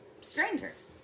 strangers